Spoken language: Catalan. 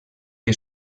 que